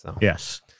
yes